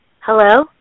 Hello